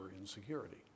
insecurity